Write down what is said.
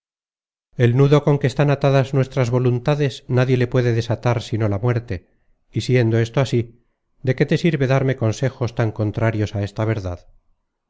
el nudo con que están atadas nuestras voluntades nadie le puede desatar sino la muerte y siendo esto así de qué te sirve darme consejos tan contrarios á esta verdad